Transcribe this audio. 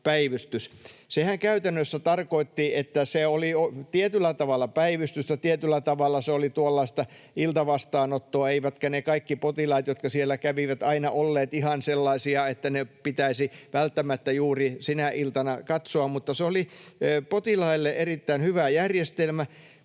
Sehän käytännössä tarkoitti, että se oli tietyllä tavalla päivystystä, tietyllä tavalla se oli tuollaista iltavastaanottoa, eivätkä ne kaikki potilaat, jotka siellä kävivät, aina olleet ihan sellaisia, että ne pitäisi välttämättä juuri sinä iltana katsoa, mutta se oli potilaille erittäin hyvä järjestelmä.